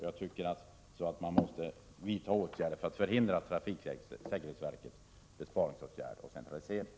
Jag anser alltså att det måste vidtas åtgärder för att förhindra trafiksäkerhetsverkets planerade besparingsåtgärder och decentralisering.